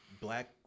black